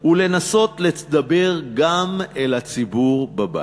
ולנסות לדבר גם אל הציבור בבית,